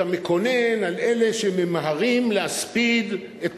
אתה מקונן על אלה שממהרים להספיד את